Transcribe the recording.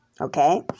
okay